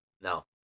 No